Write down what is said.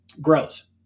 grows